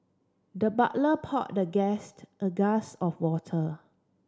the butler poured the guest a glass of water